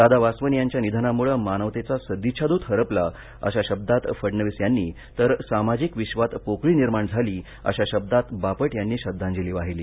दादा वासवानी यांच्या निधनामुळे मानवतेचा सदिच्छादृत हरपला अशा शब्दांत फडणवीस यांनी तर सामाजिक विधात पोकळी निर्माण झाली अशा शब्दात बापट यांनी श्रद्वाजली वाहिली